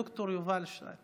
ד"ר יובל שטייניץ,